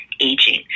aging